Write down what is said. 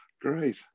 Great